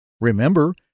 Remember